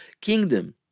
kingdom